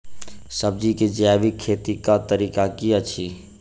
सब्जी केँ जैविक खेती कऽ तरीका की अछि?